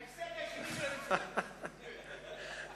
ההישג היחידי של הממשלה.